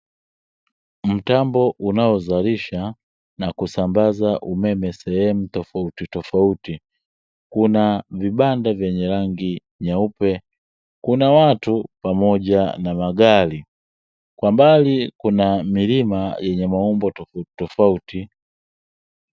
Mtambo unaozalisha na kusambaza umeme sehemu tofauti tofauti, kuna vibanda vyenye rangi nyeupe, kuna watu pamoja na mgari kwa mbali kuna milima yenye maumbo tofauti tofauti.